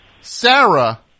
Sarah